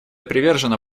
привержена